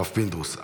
הרב פינדרוס?